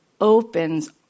opens